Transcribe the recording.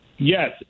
Yes